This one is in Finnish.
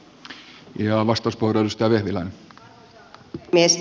arvoisa puhemies